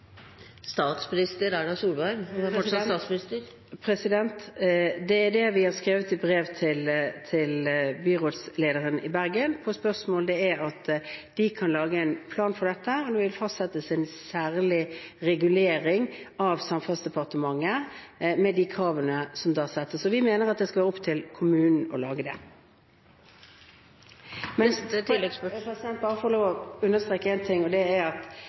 Det vi har skrevet i brev til byrådslederen i Bergen, som svar på spørsmålet, er at de kan lage en plan for dette, og det vil fastsettes en særlig regulering av Samferdselsdepartementet, med de kravene som da settes. Og vi mener at det skal være opp til kommunen å lage det. Jeg vil bare få lov til å understreke én ting, og det er at